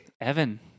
Evan